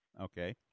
Okay